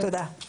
תודה.